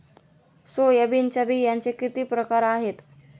सोयाबीनच्या बियांचे किती प्रकार आहेत?